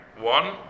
one